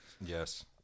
yes